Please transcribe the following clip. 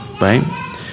right